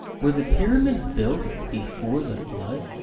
were the pyramids built before the flood?